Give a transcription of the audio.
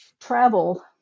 travel